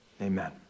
amen